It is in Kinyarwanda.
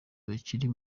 bakira